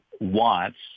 wants